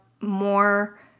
more